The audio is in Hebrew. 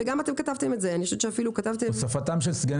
ואתם כתבתם את זה -- הוספתם של סגני